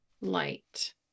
light